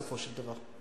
בסופו של דבר.